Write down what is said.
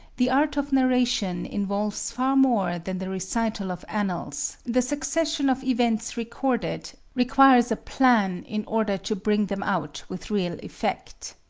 the art of narration involves far more than the recital of annals the succession of events recorded requires a plan in order to bring them out with real effect.